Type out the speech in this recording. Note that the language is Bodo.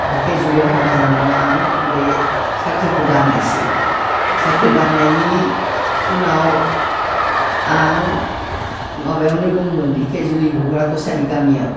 धेकियाजुलियाव हाबा जानायाव आं बे साख्रिखौ गारनायसै साख्रि गारनायनि उनाव आं माबायावनो दंमोन दिकियाजुलि घग्रा कसारि गामियाव